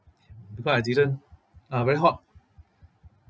because I didn't ah very hot